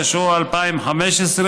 התשע"ו 2015,